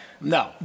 no